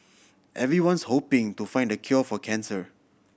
everyone's hoping to find the cure for cancer